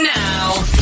now